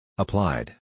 Applied